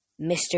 Mr